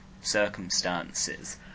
circumstances